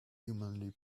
humanly